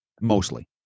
Mostly